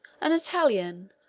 an italian,